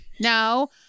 No